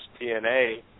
TNA